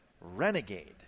Renegade